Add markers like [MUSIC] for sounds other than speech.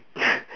[BREATH]